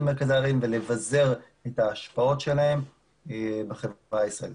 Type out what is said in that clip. מהערים ולבזר את ההשפעות שלהם בחברה הישראלית.